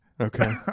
Okay